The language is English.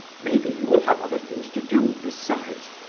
maybe you will have other things to do, besides,